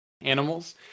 animals